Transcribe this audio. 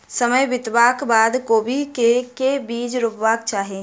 समय बितबाक बाद कोबी केँ के बीज रोपबाक चाहि?